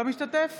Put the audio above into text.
אינו משתתף